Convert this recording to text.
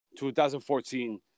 2014